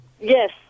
Yes